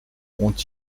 ont